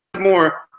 more